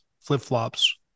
flip-flops